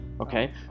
okay